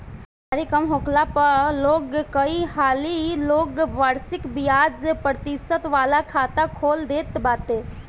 जानकरी कम होखला पअ लोग कई हाली लोग वार्षिक बियाज प्रतिशत वाला खाता खोल देत बाटे